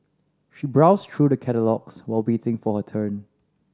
she browsed through the catalogues while waiting for her turn